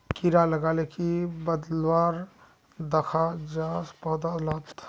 कीड़ा लगाले की बदलाव दखा जहा पौधा लात?